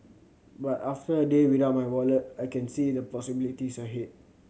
but after a day without my wallet I can see the possibilities ahead